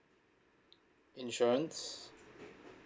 insurance